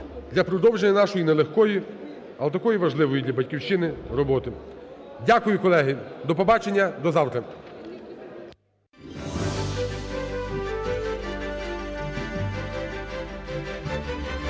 для продовження нашої не легкої, але такої важливої для Батьківщини, роботи. Дякую, колеги. До побачення. До завтра.